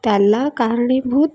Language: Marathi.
त्याला कारणीभूत